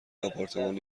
آپارتمان